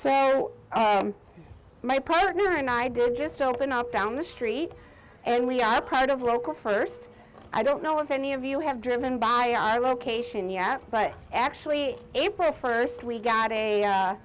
and my partner and i did just open up down the street and we are proud of local first i don't know if any of you have driven by our location yet but actually it prefers we got a